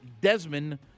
Desmond